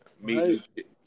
meet